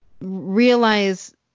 realize